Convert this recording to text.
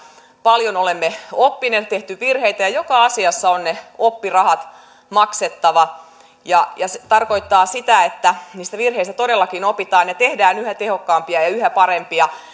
paljon olemme oppineet on tehty virheitä joka asiassa on ne oppirahat maksettava ja ja se tarkoittaa sitä että niistä virheistä todellakin opitaan ja tehdään yhä tehokkaampia ja yhä parempia